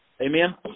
Amen